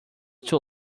too